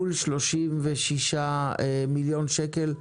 מול 36 מיליון שקל,